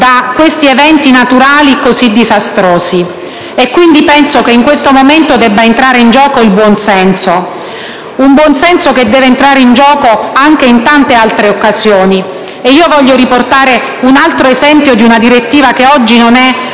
da questi eventi naturali così disastrosi. Penso quindi che in questo momento debba entrare in gioco il buonsenso; un buonsenso che deve entrare in gioco anche in tante altre occasioni. Voglio riportare un altro esempio di una direttiva che non è